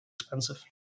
expensive